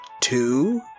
Two